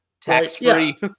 Tax-free